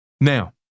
now